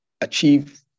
achieve